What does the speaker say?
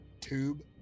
tube